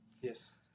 Yes